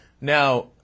Now